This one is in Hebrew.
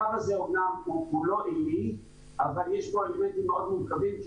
הקו הזה אמנם כולו עילי אבל יש בו אלמנטים מאוד מורכבים כי